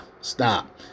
Stop